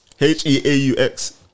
H-E-A-U-X